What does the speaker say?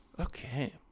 okay